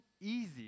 easy